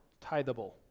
tithable